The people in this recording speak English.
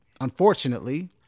unfortunately